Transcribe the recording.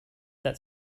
that